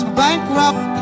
bankrupt